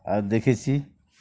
আর দেখেছি